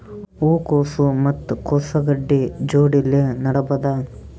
ಹೂ ಕೊಸು ಮತ್ ಕೊಸ ಗಡ್ಡಿ ಜೋಡಿಲ್ಲೆ ನೇಡಬಹ್ದ?